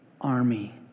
army